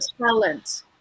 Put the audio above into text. talent